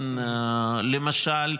למשל,